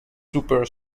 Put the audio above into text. super